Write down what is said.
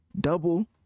double